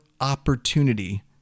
opportunity